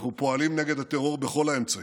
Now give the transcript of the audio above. אנחנו פועלים נגד הטרור בכל האמצעים: